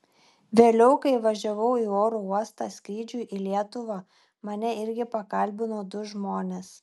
vėliau kai važiavau į oro uostą skrydžiui į lietuvą mane irgi pakalbino du žmonės